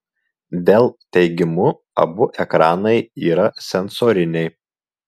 dell teigimu abu ekranai yra sensoriniai